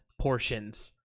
portions